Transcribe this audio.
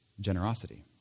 generosity